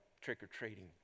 trick-or-treating